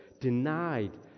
denied